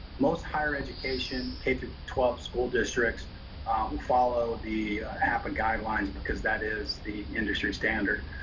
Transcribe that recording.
most higher education, k through twelve school districts follow the appa guidelines because that is the industry standard.